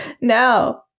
No